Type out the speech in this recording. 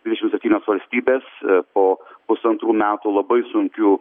dvidešim septynios valstybės po pusantrų metų labai sunkių